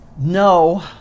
no